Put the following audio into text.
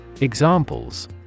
Examples